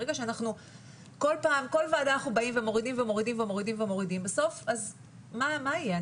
ברגע שבכל ועדה אנחנו באים ומורידים ומורידים ומורידים בסוף מה יהיה?